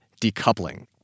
decoupling